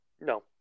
No